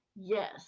Yes